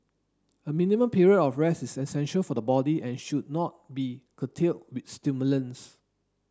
a minimum period of rest is essential for the body and should not be curtailed with stimulants